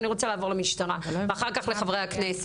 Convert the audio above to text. ואחר כך אני רוצה לעבור למשטרה ואחר כך לחברי הכנסת.